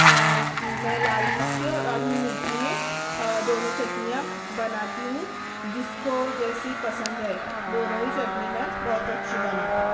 میں لال مرچی اور ہری مرچی میں دونوں چٹنیاں بناتی ہوں جس کو جیسی پسند ہے دونوں کی چٹنی میں بہت اچھی بناتی ہوں